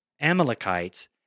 Amalekites